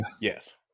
Yes